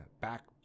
back